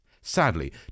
Sadly